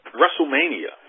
WrestleMania